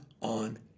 on